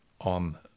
on